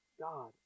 God